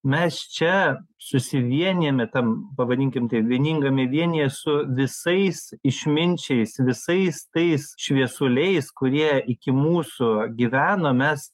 mes čia susivienijame tam pavadinkim taip vieningame vienyje su visais išminčiais visais tais šviesuliais kurie iki mūsų gyveno mes